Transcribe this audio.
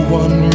one